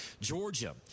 georgia